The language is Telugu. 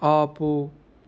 ఆపు